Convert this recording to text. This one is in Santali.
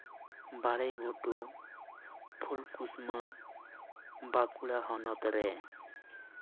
ᱵᱟᱲᱮ ᱜᱷᱩᱴᱩ ᱯᱷᱩᱞᱠᱩᱥᱢᱟᱹ ᱵᱟᱸᱠᱩᱲᱟ ᱦᱚᱱᱚᱛ ᱨᱮ